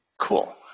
Cool